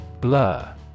Blur